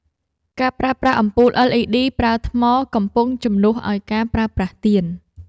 ការប្រើប្រាស់អំពូល LED ប្រើថ្ម កំពុងជំនួសឱ្យការប្រើប្រាស់ទៀន។